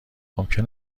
ممکن